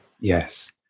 Yes